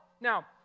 Now